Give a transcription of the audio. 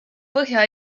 põhja